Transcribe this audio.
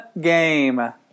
game